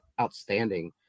outstanding